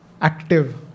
active